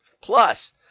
Plus